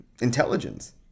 intelligence